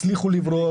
הצליחו לברוח,